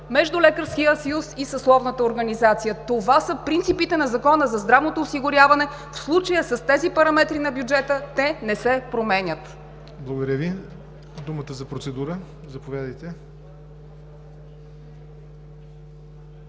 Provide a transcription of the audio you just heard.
между Лекарския съюз и съсловната организация. Това са принципите на Закона за здравното осигуряване. В случая, с тези параметри на бюджета те не се променят. ПРЕДСЕДАТЕЛ ЯВОР НОТЕВ: Благодаря Ви. Процедура. Заповядайте.